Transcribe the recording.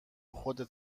خودت